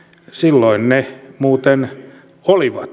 silloin ne muuten olivat